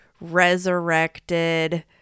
resurrected